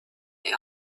the